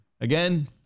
again